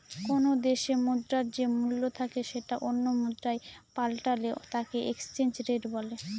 কোনো দেশে মুদ্রার যে মূল্য থাকে সেটা অন্য মুদ্রায় পাল্টালে তাকে এক্সচেঞ্জ রেট বলে